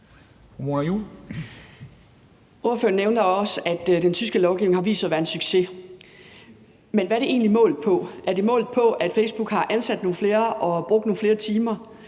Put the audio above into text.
Ordføreren nævner også, at den tyske lovgivning har vist sig at være en succes, men hvad er det egentlig målt på? Er det målt på, at Facebook har ansat nogle flere og har brugt nogle flere timer?